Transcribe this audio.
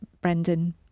Brendan